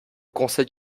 conseil